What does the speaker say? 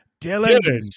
Dylan